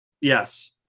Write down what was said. Yes